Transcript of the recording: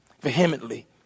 vehemently